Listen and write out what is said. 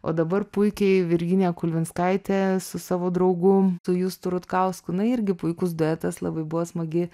o dabar puikiai virginija kulvinskaitė su savo draugu su justu rutkausku na irgi puikus duetas labai buvo smagi